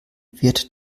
wird